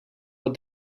what